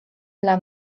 dla